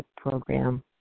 program